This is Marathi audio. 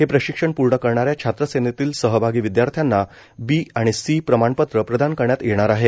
हे प्रशिक्षण पूर्ण करणाऱ्या छात्र सेनेतील सहभागी विदयार्थ्यांना बी आणि सी प्रमाणपत्र प्रदान करण्यात येणार आहे